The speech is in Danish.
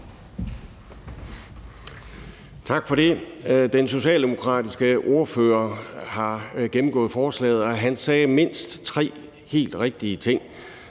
Tak for det. Den socialdemokratiske ordfører har gennemgået forslaget, og han sagde mindst tre helt rigtige ting.